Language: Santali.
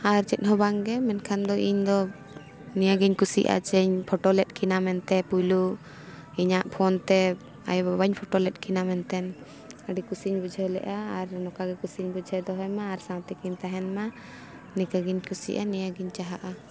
ᱟᱨ ᱪᱮᱫ ᱦᱚᱸ ᱵᱟᱝᱜᱮ ᱢᱮᱱᱠᱷᱟᱱ ᱫᱚ ᱤᱧ ᱫᱚ ᱱᱤᱭᱟᱹᱜᱤᱧ ᱠᱩᱥᱤᱭᱟᱜᱼᱟ ᱥᱮᱧ ᱯᱷᱳᱴᱳ ᱞᱮᱫ ᱠᱤᱱᱟ ᱢᱮᱱᱛᱮ ᱯᱩᱭᱞᱩ ᱤᱧᱟᱹᱜ ᱯᱷᱳᱱ ᱛᱮ ᱟᱭᱳ ᱵᱟᱵᱟᱧ ᱯᱷᱳᱴᱳ ᱞᱮᱫ ᱠᱤᱱᱟ ᱢᱮᱱᱛᱮᱱ ᱟᱹᱰᱤ ᱠᱩᱥᱤᱧ ᱵᱩᱡᱷᱟᱹᱣ ᱞᱮᱜᱼᱟ ᱟᱨ ᱱᱚᱝᱠᱟ ᱜᱮ ᱠᱩᱥᱤᱧ ᱵᱩᱡᱷᱟᱹᱣ ᱫᱚᱦᱚᱭ ᱢᱟ ᱟᱨ ᱥᱟᱶᱛᱮ ᱠᱤᱱ ᱛᱟᱦᱮᱱ ᱢᱟ ᱱᱤᱠᱟ ᱜᱮᱧ ᱠᱩᱥᱤᱭᱟᱜᱼᱟ ᱱᱤᱭᱟᱹᱜᱤᱧ ᱪᱟᱦᱟᱜᱼᱟ